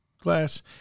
glass